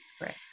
Right